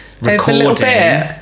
recording